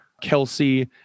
Kelsey